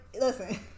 Listen